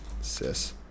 Sis